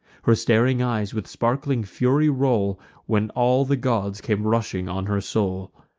her staring eyes with sparkling fury roll when all the god came rushing on her soul.